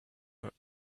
but